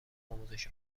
آموزش